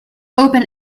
open